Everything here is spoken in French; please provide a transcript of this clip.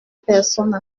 personne